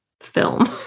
film